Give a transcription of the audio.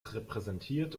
repräsentiert